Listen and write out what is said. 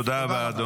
תודה רבה.